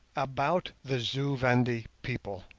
about the zu-vendi people